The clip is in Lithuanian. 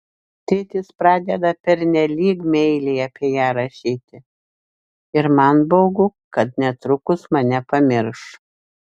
tėtis pradeda pernelyg meiliai apie ją rašyti ir man baugu kad netrukus mane pamirš